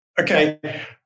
Okay